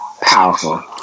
powerful